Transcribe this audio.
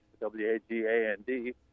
W-A-G-A-N-D